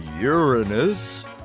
Uranus